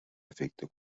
efecte